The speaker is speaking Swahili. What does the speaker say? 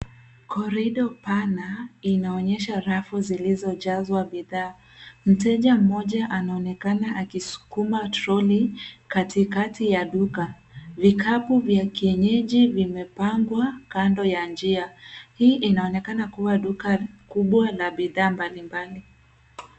Korido pana inaonyesha rafu zilizojazwa bidhaa. Mteja mmoja anaonekana akiskuma troli katikati ya duka. Vikapu vya kienyeji vimepambwa kando ya njia. Hii inaonekana kuwa duka kubwa la bidhaa mbali mbali.